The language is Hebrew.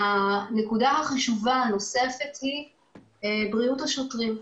נקודה חשובה נוספת היא בריאות השוטרים.